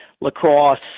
lacrosse